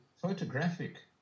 photographic